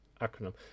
acronym